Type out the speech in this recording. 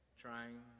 Trying